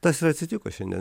tas ir atsitiko šiandien